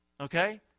okay